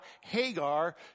Hagar